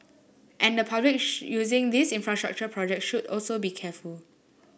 and the public using these infrastructure project should also be careful